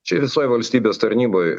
čia visoj valstybės tarnyboj